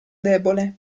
debole